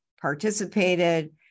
participated